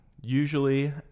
usually